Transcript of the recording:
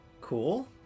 cool